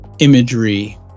imagery